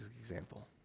example